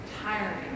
tiring